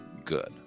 Good